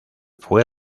fue